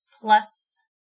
plus